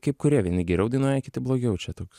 kaip kurie vieni geriau dainuoja kiti blogiau čia toks